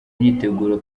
imyiteguro